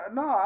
no